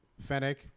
Fennec